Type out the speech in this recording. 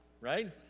right